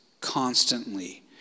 constantly